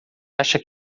acha